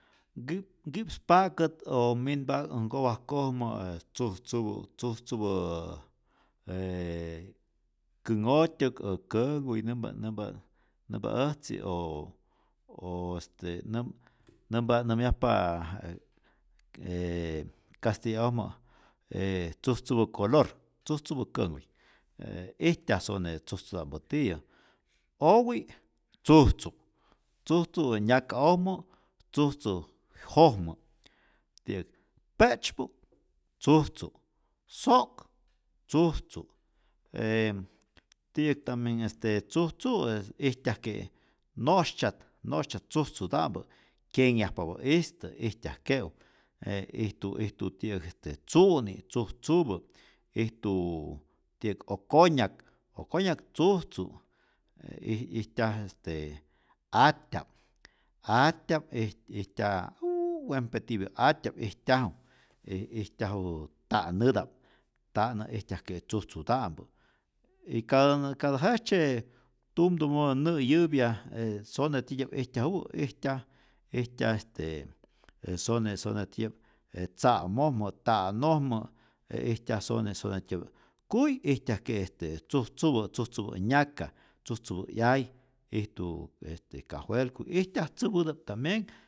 Nkip nki'pspa'kät o minpa'k äj nkopajkojmä e tzujtzupä tzujtzupäää j känhotyäk o känhkuy nämpä nämpa nämpa äjtzi, oo oo este nän nämyajpa e kasiya'ojmä je tzujtzupä kolor, tzujtzupä känhkuy, je ijtyaj sone tzujtzuta'mpä tiyä, owi' tzujtzu', tzujtzu' je nyaka'ojmä, tzujtzu jojmä, ti'yäk pe'tzymu'k tzujtzu', so'k tzujtzu', e ti'yäk tambien este tzujtzu' e ijtyajke' no'sytzyat, no'sytzyat tzujtzuta'mpä kyenhyajpapä'istä ijtyajtyajke'u, e ijtu ijtu ti'yäk este tzu'ni tzujtzupä, ijtu ti'yäk okonyak, okonyak tzujtzu', e ij ijtyaj este atya'p atya'p ij ijtya' juuu wempe tipyä atya'p ijtyaju, y ijtyaju ta'näta'p, ta'nä ijtyajke' tzujtzuta'mpä', y katä katä jejtzye tumtumäpä nä'yäpya e sone titya'p ijtyajuppä ijtyaj ijtya este sone sone ti'yäk je tza'mojmä, ta'nojmä, e istyaj sone sone tiyäta'p, kuy ijtyajke este tzujtzupä tzujtzupä' nyaka, tzujtzupä 'yay, ijtu este kajwelkuy, ijtyaj tzäpäta'p tambienh